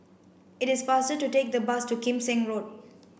it is faster to take the bus to Kim Seng Road